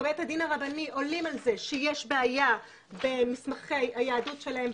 בית הדין הרבני עולים על זה שיש בעיה במסמכי הרבנות שלהם,